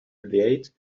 relate